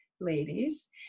ladies